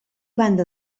banda